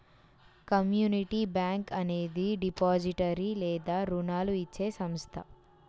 community bank అనేది depository లేదా రుణాలు ఇచ్చే సంస్థ